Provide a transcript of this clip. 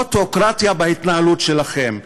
אוטוקרטיה, בהתנהלות שלכם.